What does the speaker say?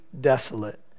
desolate